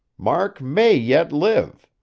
mark may yet live.